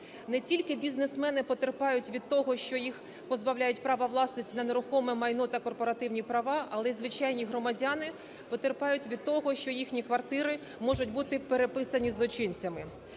Не тільки бізнесмени потерпають від того, що їх позбавляють права власності на нерухоме майно та корпоративні права, але і звичайні громадяни потерпають від того, що їхні квартири можуть бути переписані злочинцями.